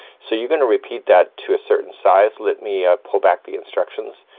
so you're gonna repeat that to a certain size. let me pull back the instructions.